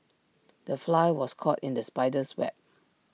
the fly was caught in the spider's web